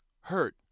hurt